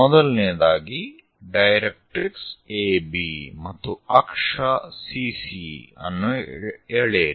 ಮೊದಲನೆಯದಾಗಿ directrix AB ಮತ್ತು ಅಕ್ಷ CC' ಅನ್ನು ಎಳೆಯಿರಿ